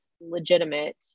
legitimate